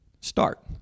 Start